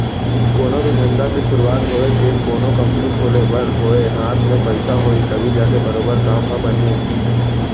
कोनो भी धंधा के सुरूवात होवय के कोनो कंपनी खोले बर होवय हाथ म पइसा होही तभे जाके बरोबर काम ह बनही